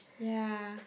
ya